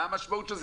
מה המשמעות של זה?